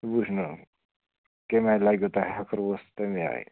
وُچھنو کَمہِ آیہِ لگیوٕ تۄہہِ ہکھُر وۄژھ تمٔی آے